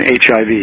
HIV